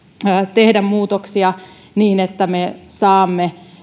tehdä muutoksia niin että me saamme